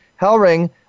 Hellring